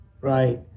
right